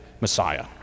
Messiah